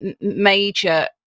major